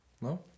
no